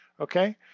Okay